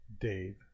dave